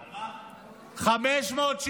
כמה?